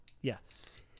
yes